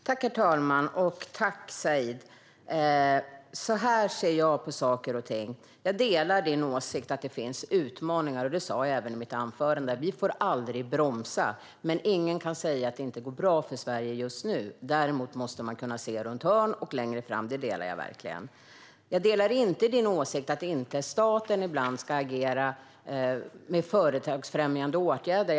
Herr talman! Jag delar din åsikt att det finns utmaningar, Said, och det sa jag även i mitt anförande. Vi får aldrig bromsa, och ingen kan säga att det inte går bra för Sverige just nu. Men att vi måste kunna se runt hörn och längre fram håller jag med om. Däremot delar jag inte din åsikt att staten inte ska vidta företagsfrämjande åtgärder.